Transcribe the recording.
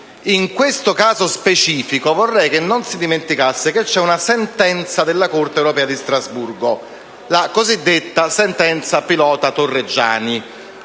nel caso specifico vorrei che non si dimenticasse una sentenza della Corte europea di Strasburgo, la cosiddetta sentenza pilota Torreggiani.